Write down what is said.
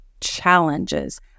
challenges